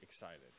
excited